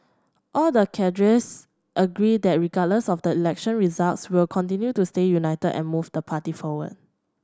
all the cadres agree that regardless of the election results we'll continue to stay united and move the party forward